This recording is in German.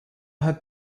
hat